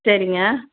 சரிங்க